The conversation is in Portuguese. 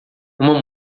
uma